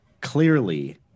clearly